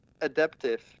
adaptive